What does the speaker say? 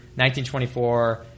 1924